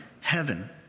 heaven